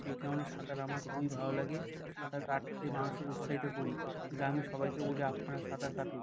সেই কারণে সাঁতার আমার খুবই ভালো লাগে সাঁতার কাটতে মানুষকে উৎসাহিত করি গ্রামে সবাইকে বলি আপনারা সাঁতার কাটুন